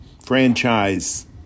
franchise